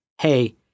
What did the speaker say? hey